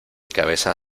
cabeza